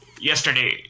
yesterday